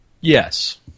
yes